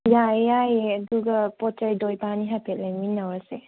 ꯌꯥꯏꯌꯦ ꯌꯥꯏꯌꯦ ꯑꯗꯨꯒ ꯄꯣꯠ ꯆꯩꯗꯣ ꯏꯕꯥꯏꯅꯤ ꯍꯥꯏꯐꯦꯠ ꯂꯩꯃꯤꯟꯅꯧꯔꯁꯦ